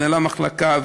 מנהל המחלקה,